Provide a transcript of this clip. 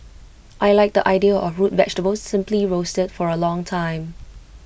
I Like the idea of root vegetables simply roasted for A long time